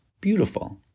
Beautiful